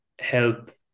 help